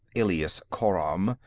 alias khoram,